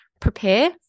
prepare